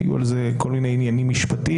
היו על זה כל מיני עניינים משפטיים,